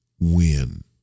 Win